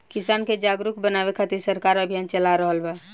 किसान के जागरुक बानवे खातिर सरकार अभियान चला रहल बा